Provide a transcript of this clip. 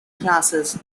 classes